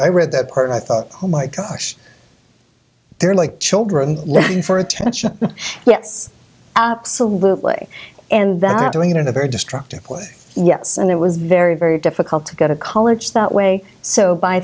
i read that part and i thought oh my gosh they're like children looking for attention yes absolutely and that doing it in a very destructive way yes and it was very very difficult to get a college that way so by